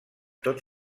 tot